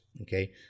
Okay